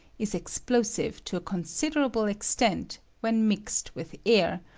is explosive to a considerable extent when mixed with air,